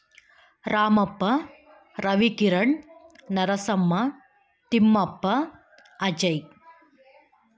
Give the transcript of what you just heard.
Ramappa Ravikiran Narasamma Thimmappa Ajay